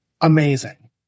amazing